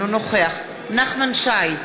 אינו נוכח נחמן שי,